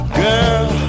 girl